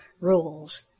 rules